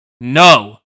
No